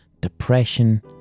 depression